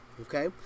Okay